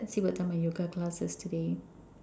let's see what time my yoga class is today